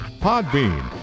Podbean